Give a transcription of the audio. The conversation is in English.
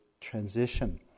transition